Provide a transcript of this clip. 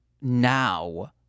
now